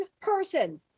person